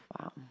Wow